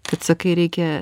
kad sakai reikia